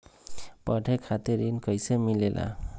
पढे खातीर ऋण कईसे मिले ला?